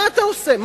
מה אתה עושה?